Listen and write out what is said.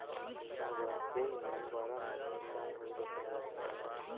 मगर एईमे बड़ा नुकसान होवे के खतरा रहेला